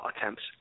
attempts